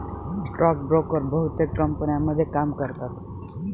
stock broker बहुतेक कंपन्यांमध्ये काम करतात